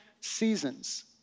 seasons